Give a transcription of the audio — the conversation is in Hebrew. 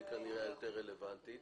היא כנראה היותר רלבנטית.